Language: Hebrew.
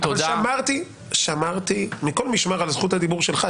שמרתי מכל משמר על זכות הדיבור שלך.